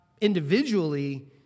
individually